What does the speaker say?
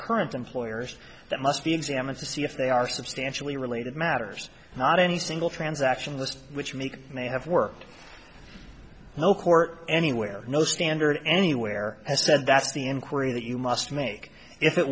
current employers that must be examined to see if they are substantially related matters not any single transaction list which make they have worked no court anywhere no standard anywhere has said that's the inquiry that you must make if it